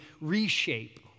reshape